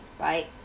Right